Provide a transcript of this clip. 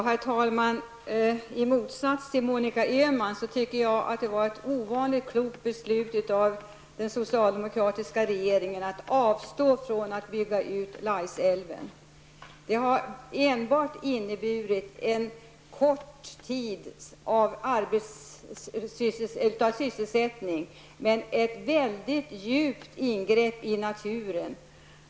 Herr talman! I motsats till Monica Öhman tycker jag att det var ett ovanligt klokt beslut av den socialdemokratiska regeringen att avstå från att bygga ut Laisälven. Det hade enbart inneburit sysselsättning under en kort tid, men det hade inneburit ett väldigt djupt ingrepp i naturen.